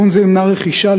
תיקון זה ימנע רכישה,